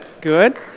good